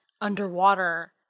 underwater